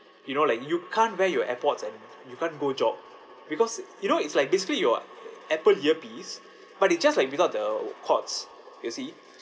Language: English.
you know like you can't wear your airpods and you can't go jog because you know it's like basically your apple earpiece but they just like without the cords you see